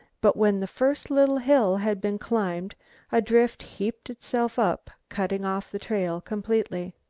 but when the first little hill had been climbed a drift heaped itself up, cutting off the trail completely.